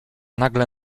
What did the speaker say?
nagle